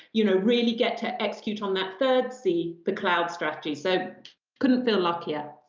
you know really get to execute on that third c, the cloud strategy. so couldn't feel luckier.